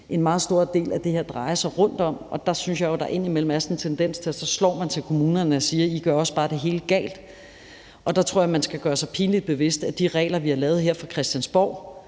en meget stor del af det her drejer sig om, og der synes jeg, der indimellem er sådan en tendens til, at så slår man på kommunerne og siger: I gør også bare det hele galt. Der tror jeg, man skal gøre sig det pinligt bevidst, at de regler, vi har lavet her fra Christiansborg,